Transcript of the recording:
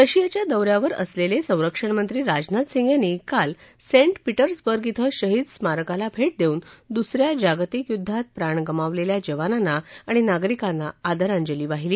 रशियाच्या दौ यावर असलेले संरक्षणमंत्री राजनाथ सिंह यांनी काल सेंट पीटर्सबर्ग धिं शहीद स्मारकाला भेट देऊन दुस या जागतिक युद्धात प्राण गमावलेल्या जवानांना आणि नागरिकांना आदरांजली वाहिली